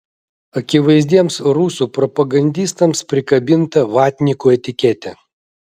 akivaizdiems rusų propagandistams prikabinta vatnikų etiketė